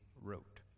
wrote